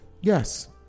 Yes